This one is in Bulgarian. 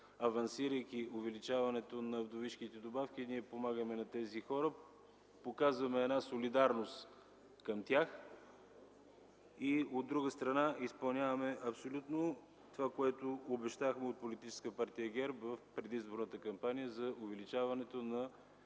авансирайки увеличаването на вдовишките добавки, помагаме на тези хора, показваме солидарност към тях, а от друга страна, изпълняваме абсолютно точно това, което обещахме от Политическа партия ГЕРБ в предизборната кампания за увеличаването на